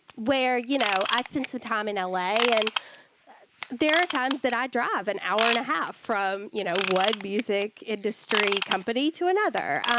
where you know, i spent some so time in l a, and there are times that i'd drive an hour and a half from, you know, one music industry company to another.